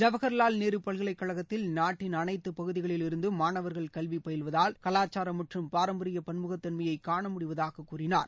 ஜவஹர்லால் நேரு பல்கலைக்கழகத்தில் நாட்டின் அனைத்து பகுதிகளில் இருந்தும் மாணவர்கள் கல்வி பயில்வதால் கலாச்சாரம் மற்றும் பாரம்பரிய பன்முக தன்மையை காணமுடிவதாக கூறினார்